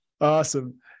Awesome